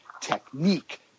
technique